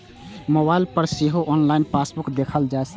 mobile पर सेहो online passbook देखल जा सकैए